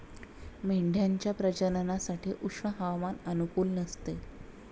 मेंढ्यांच्या प्रजननासाठी उष्ण हवामान अनुकूल नसते